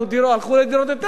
הלכו לדירות יותר גדולות.